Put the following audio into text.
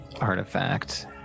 artifact